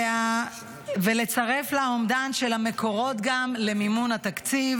"ולצרף לה אומדן של המקורות גם למימון התקציב.